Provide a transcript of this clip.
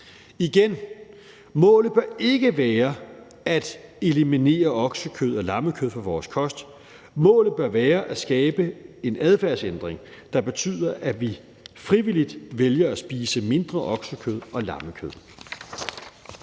igen: Målet bør ikke være at eliminere oksekød og lammekød fra vores kost. Målet bør være at skabe en adfærdsændring, der betyder, at vi frivilligt vælger at spise mindre oksekød og lammekød.